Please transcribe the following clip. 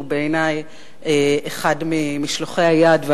שהוא בעיני אחד ממשלוחי היד,